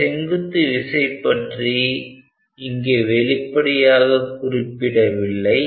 அந்த செங்குத்து விசை பற்றி இங்கே வெளிப்படையாக குறிப்பிடவில்லை